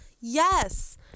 Yes